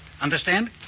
Understand